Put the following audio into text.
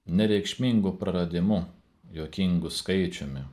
nereikšmingu praradimu juokingu skaičiumi